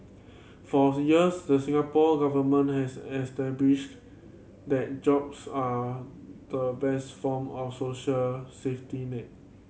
for the years the Singapore Government has that jobs are the best form of social safety net